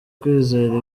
kwizera